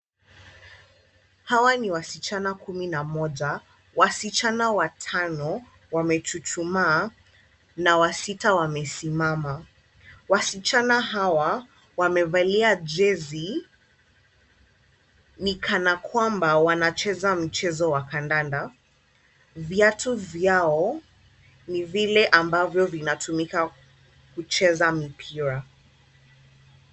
Hawa ni wasichana kumi na moja, wasichana watano wamechuchumaa na wasita wamesimama. Wasichana hawa wamevalia jezi ni kana kwamba wanacheza mchezo wa kandanda, viatu vyao ni vile ambavyo vinatumika kucheza mipira.